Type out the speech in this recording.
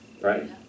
Right